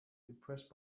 impressed